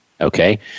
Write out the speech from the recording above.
Okay